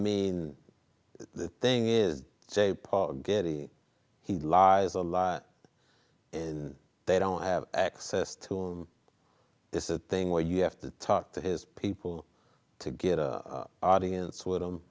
mean the thing is j paul getty he lies a lot and they don't have access to him this is a thing where you have to talk to his people to get a audience with him